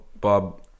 Bob